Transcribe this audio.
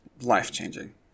life-changing